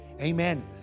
Amen